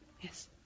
Yes